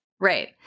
Right